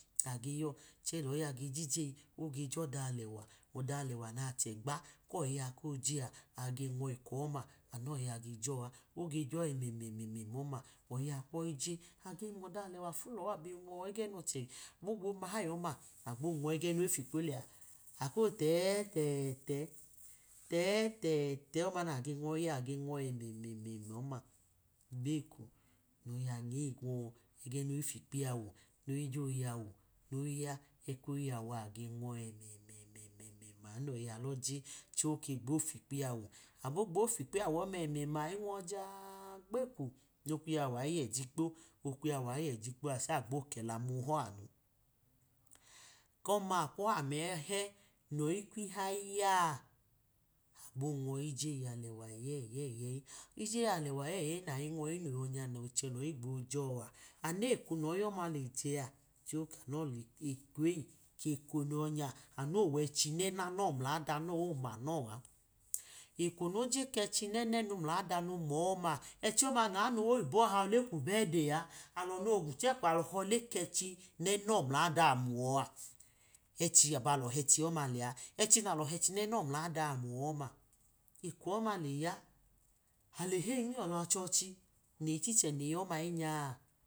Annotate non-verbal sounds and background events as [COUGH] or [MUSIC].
Age yọ cẹ lọyi a ge jijeyi, oge jọda alẹwa ọda alẹwa nachẹgba kọyi a koje age nwọ ekọ ọma anu nọyi a gejọ a, oge jọ ẹmẹmẹm ọma oyia kwọyi je, abe mọdo alẹwa fu lọ ẹgẹ nọchẹ nogbo mahayi ọma agbo nwọ ẹgẹ noyi fikpo lẹa, ako tẹtẹtẹ, tẹtẹ, age nwọyi a nage nwọ ẹmẹmẹma ọma gbeko nage nwọ ẹgẹ noyi fikpo iyawu, noyi gbo yamu noyi ya ẹko yawu a agbo nwọ ẹmẹmẹma, aouọyi a lọje ogbo fikpo iyamu abo gbo fikpo iyawu ẹmẹma ayi nwọ ja gbeko nokwu iyawkaiyẹ jikpo, okwu iyawua iye jikpo ce agbo kẹla amẹ ohọ anu, eko ọma akwuọ ame chẹ eko ọma akwuọ ame ichẹ noyi kwu ihayi iya a, agbo nwọ iyeyi alw;;;wa eyẹyeyi, ijeyi alewa eyeyeyi nayi nwọyi no yọ nya noyi cẹ lọyi gbo jọ a, anu eko nọyi ọma lejẹ a, ce okanọ eko eyi eko nọyọ nya, anu owechi nenano mladanọ omanọ a, eko noje kechi nenenu mladanu ẹchi ọma nanowoyibo a họ le ku beyide a, [UNINTELLIGIBLE] alọ no wogwu chekwọ họ kẹchi nẹnọ mladawọ muyọ a, echi abalọ hẹchi ọma lẹa, echi nalọ hẹchi nẹnọ mladaọ muyọ ọma, eko ọma leya ale heyi nmiyọla ọchiọchi, neyi kichẹ neyi ọma inya a.